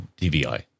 DVI